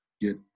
get